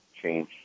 change